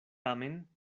tamen